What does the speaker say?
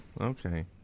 Okay